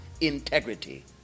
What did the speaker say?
integrity